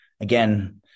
Again